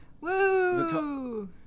Woo